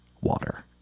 water